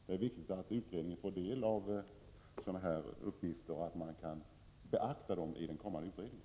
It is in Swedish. Det är viktigt att utredningarna får del av sådana här uppgifter, så att de kan beaktas i utredningsarbetet.